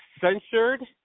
censured